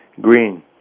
Green